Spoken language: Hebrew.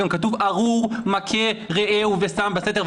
גם כתוב "ארור מכה רעהו ושם בסתר,